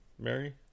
Mary